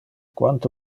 quante